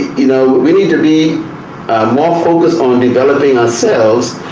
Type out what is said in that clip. you know, we need to be more focused on developing ourselves,